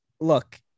look